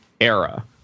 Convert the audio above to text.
era